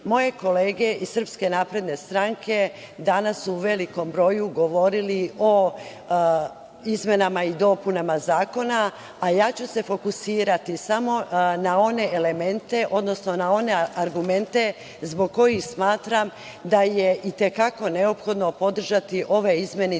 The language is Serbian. kolege iz SNS danas u velikom broju govorile su o izmenama i dopunama zakona, a ja ću se fokusirati samo na one elemente, odnosno na one argumente zbog kojih smatram da je i te kako neophodno podržati ove izmene